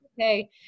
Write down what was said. okay